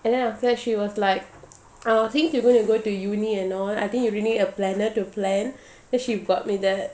and then after that she was like uh since you going to go to uni and all I think you really need a planner to plan then she bought me that